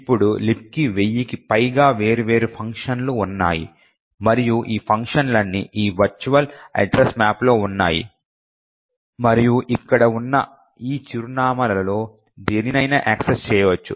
ఇప్పుడు లిబ్క్కి వెయ్యికి పైగా వేర్వేరు ఫంక్షన్లు ఉన్నాయి మరియు ఈ ఫంక్షన్లన్నీ ఈ వర్చువల్ అడ్రస్ మ్యాప్లో ఉన్నాయి మరియు ఇక్కడ ఉన్న ఈ చిరునామాలలో దేనినైనా యాక్సెస్ చేయవచ్చు